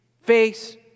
face